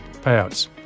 payouts